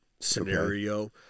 scenario